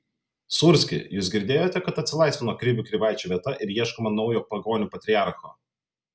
sūrski jūs girdėjote kad atsilaisvino krivių krivaičio vieta ir ieškoma naujo pagonių patriarcho